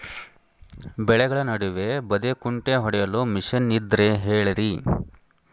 ಬೆಳೆಗಳ ನಡುವೆ ಬದೆಕುಂಟೆ ಹೊಡೆಯಲು ಮಿಷನ್ ಇದ್ದರೆ ಹೇಳಿರಿ